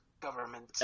government